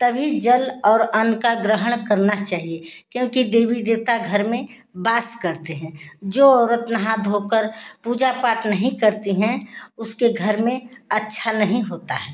तभी जल और अन्न का ग्रहण करना चाहिए क्योंकि देवी देवता घर में बास करते हैं जो औरत नहा धोकर पूजा पाठ नहीं करती हैं उसके घर में अच्छा नहीं होता है